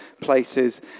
places